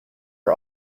are